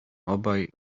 obaj